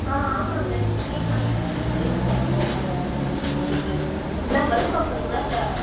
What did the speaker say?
on ஆமாம்ங்க இங்கே நிறையா காய்ங்க இருக்கு விலையும் ரொம்ப கம்மியாக தாங்க இருக்கும் உங்களுக்கு என்ன பல்க் ஆஃபருங்ளா இல்லை